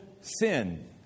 sin